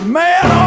man